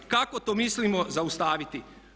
Kako to mislimo zaustaviti?